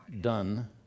done